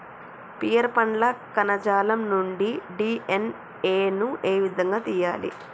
Pear పండ్ల కణజాలం నుండి డి.ఎన్.ఎ ను ఏ విధంగా తియ్యాలి?